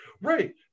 right